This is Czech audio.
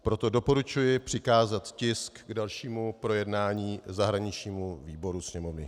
Proto doporučuji přikázat tisk k dalšímu projednání zahraničnímu výboru Sněmovny.